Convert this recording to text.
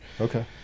okay